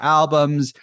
albums